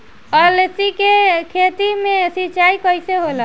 अलसी के खेती मे सिचाई कइसे करी?